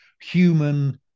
human